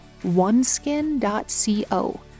oneskin.co